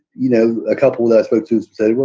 you know, a couple that i spoke to said, well,